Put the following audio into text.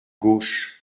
gauche